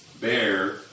bear